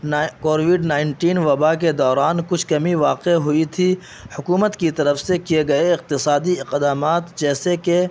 نا covid nineteen وباء کے دوران کچھ کمی واقع ہوئی تھی حکومت کی طرف سے کئے گئے اقتصادی اقدامات جیسے کہ